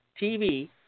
TV